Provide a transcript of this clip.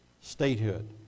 statehood